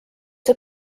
see